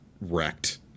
wrecked